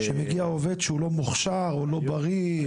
של עובד שהוא לא מוכשר או לא בריא.